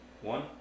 One